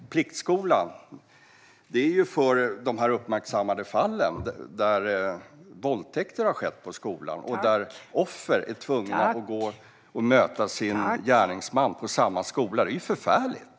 Pliktskolan är tänkt för de uppmärksammade fall då det har skett våldtäkter på skolan och offren är tvungna att möta sin gärningsman på samma skola. Det är förfärligt.